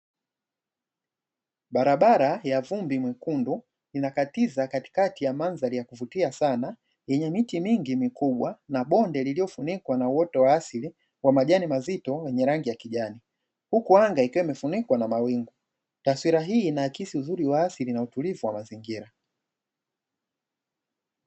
Barabara ya vumbi mwekundu inakatiza katikati ya mandhari ya kuvutia sana yenye miti mingi mikubwa na bonde lililofunikwa na uoto wa asili wa majani mazito wenye rangi ya kijani, huku anga ikiwa imefunikwa na mawingu, taswira hii inaakisi uzuri wa asili na utulivu wa mazingira.